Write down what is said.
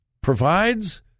provides